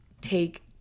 take